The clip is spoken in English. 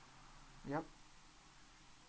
yup